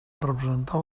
representava